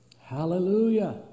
Hallelujah